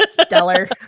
Stellar